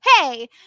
hey